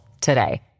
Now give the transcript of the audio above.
today